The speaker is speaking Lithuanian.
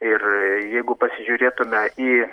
ir jeigu pasižiūrėtume į